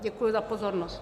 Děkuji za pozornost.